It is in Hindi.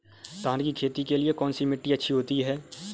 धान की खेती के लिए कौनसी मिट्टी अच्छी होती है?